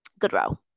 Goodrow